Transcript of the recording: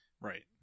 Right